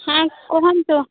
ହଁ କୁହନ୍ତୁ